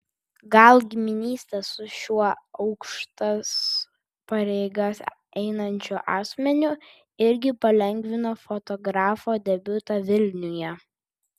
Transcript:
gal giminystė su šiuo aukštas pareigas einančiu asmeniu irgi palengvino fotografo debiutą vilniuje